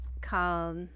called